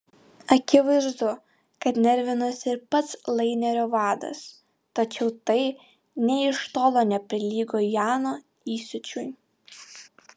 akivaizdu kad nervinosi ir pats lainerio vadas tačiau tai nė iš tolo neprilygo jano įsiūčiui